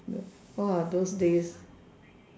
!wah! those days